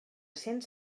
cents